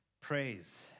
praise